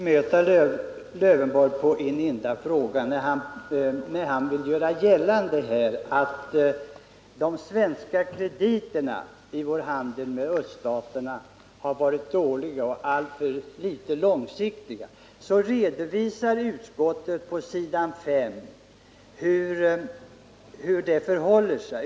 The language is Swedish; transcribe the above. Herr talman! Jag skall bemöta Alf Lövenborg på en enda punkt. Han vill göra gällande att de svenska krediterna vid vår handel med öststaterna varit dåliga och inte tillräckligt långsiktiga. Utskottet redovisar på s. 5 hur det förhåller sig.